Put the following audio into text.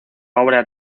obra